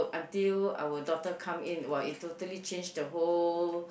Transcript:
until our daughter come in !wah! it totally change the whole